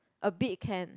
a bit can